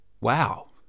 wow